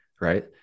Right